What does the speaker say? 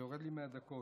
זה יורד לי מהדקות.